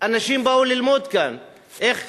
אנשים באו ללמוד כאן איך